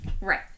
Right